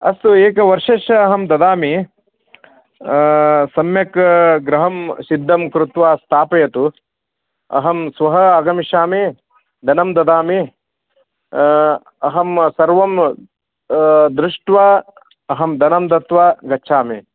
अस्तु एकवर्षस्य अहं ददामि सम्यक् गृहं सिद्धं कृत्वा स्थापयतु अहं श्वः आगमिष्यामि धनं ददामि अहं सर्वं दृष्ट्वा अहं धनं दत्वा गच्छामि